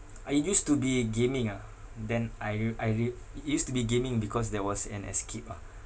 uh it used to be gaming ah then I re~ I rea~ i~ it used to be gaming because that was an escape ah